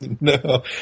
No